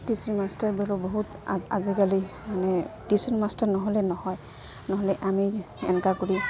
tuition মাষ্টৰবোৰো বহুত আজিকালি মানে টিউশ্যন মাষ্টৰ নহ'লে নহয় নহ'লে আমি এনেকা কৰি